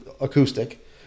acoustic